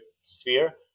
sphere